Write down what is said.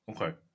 Okay